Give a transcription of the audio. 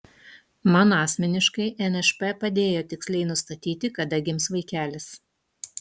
man asmeniškai nšp padėjo tiksliai nustatyti kada gims vaikelis